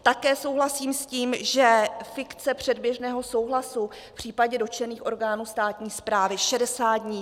Také souhlasím s tím, že fikce předběžného souhlasu je v případě dotčených orgánů státní správy 60 dní.